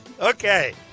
Okay